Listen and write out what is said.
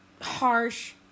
harsh